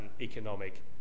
economic